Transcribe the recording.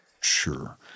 sure